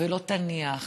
ולא תניח